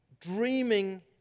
dreaming